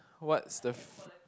what's the f~